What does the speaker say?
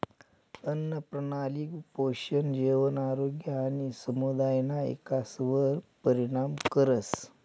आन्नप्रणाली पोषण, जेवण, आरोग्य आणि समुदायना इकासवर परिणाम करस